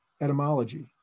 etymology